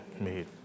made